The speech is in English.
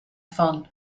fun